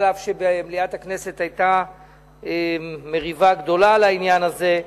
אף שבמליאת הכנסת היתה מריבה גדולה על העניין הזה.